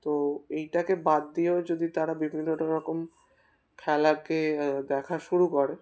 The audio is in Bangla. তো এইটাকে বাদ দিয়েও যদি তারা বিভিন্ন রকম খেলাকে দেখা শুরু করে